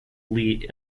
elite